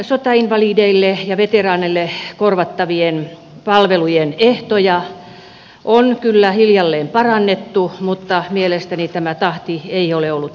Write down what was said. sotainvalideille ja veteraaneille korvattavien palvelujen ehtoja on kyllä hiljalleen parannettu mutta mielestäni tämä tahti ei ole ollut riittävä